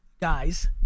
guys